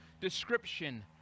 description